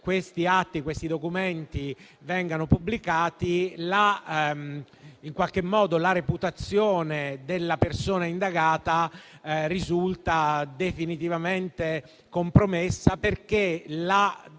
questi atti e questi documenti vengono pubblicati, in qualche modo la reputazione della persona indagata risulta definitivamente compromessa. La